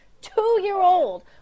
two-year-old